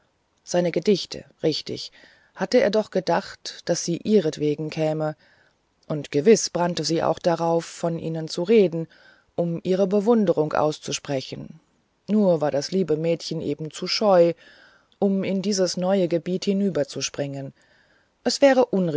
seine gedichte richtig hatte er doch gedacht daß sie ihretwegen käme und gewiß brannte sie auch darauf von ihnen zu reden um ihre bewunderung auszusprechen nur war das liebe mädchen eben zu scheu um in dieses neue gebiet hinüberzuspringen es wäre